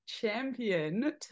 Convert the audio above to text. champion